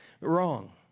wrong